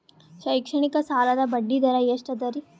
ಶೈಕ್ಷಣಿಕ ಸಾಲದ ಬಡ್ಡಿ ದರ ಎಷ್ಟು ಅದರಿ?